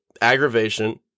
aggravation